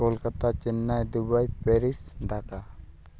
Kolkata Chennai Dubai Paris Dhaka